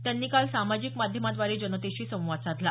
त्यांनी काल सामाजिक माध्यमांद्वारे जनतेशी संवाद साधला